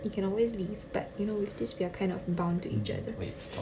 you can always leave but you know with this we are kind of bound to each other